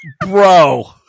bro